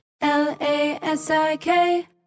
L-A-S-I-K